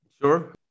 Sure